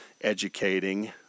educating